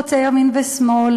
חוצה ימין ושמאל,